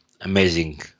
amazing